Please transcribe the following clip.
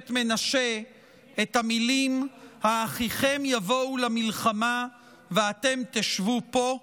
ושבט מנשה את המילים: "האחיכם יבאו למלחמה ואתם תשבו פה".